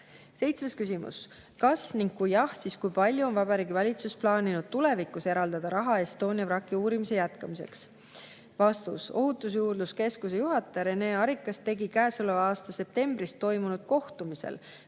Seitsmes küsimus: "Kas ning kui jah, siis kui palju on Vabariigi Valitsus plaaninud tulevikus eraldada raha Estonia vraki uurimise jätkamiseks?" Vastus. Ohutusjuurdluse Keskuse juhataja Rene Arikas tegi käesoleva aasta septembris toimunud kohtumisel